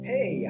Hey